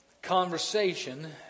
conversation